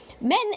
Men